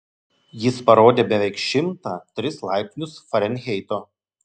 jis parodė beveik šimtą tris laipsnius farenheito